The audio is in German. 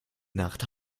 nacht